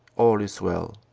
all is well.